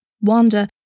Wanda